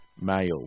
Male